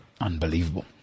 Unbelievable